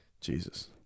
Jesus